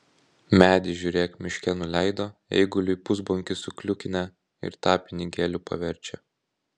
medį žiūrėk miške nuleido eiguliui pusbonkį sukliukinę ir tą pinigėliu paverčia